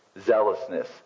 zealousness